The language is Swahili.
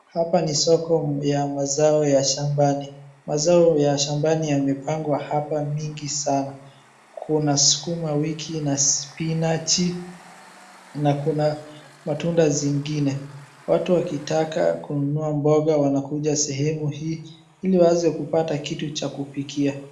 Hapa ni soko ya mazao ya shambani. Mazao ya shambani yamepangwa hapa mingi sana. Kuna sukuma wiki na spinachi na kuna matunda zingine. Watu wakitaka kununua mboga wanakuja sehemu hii ili waweze kupata kitu cha kupikia.